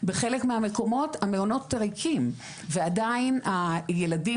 בחלק מהמקומות המעונות ריקים ועדיין הילדים,